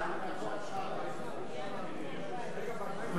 חוק הספורט (תיקון מס' 6), התשע"א 2011, נתקבל.